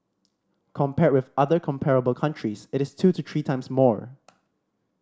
compared with other comparable countries it is two to three times more